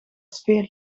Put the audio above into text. sfeer